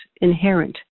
inherent